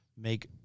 make